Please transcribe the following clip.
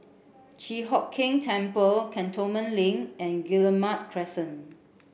Chi Hock Keng Temple Cantonment Link and Guillemard Crescent